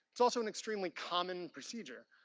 it's also an extremely common procedure.